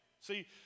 see